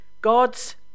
God's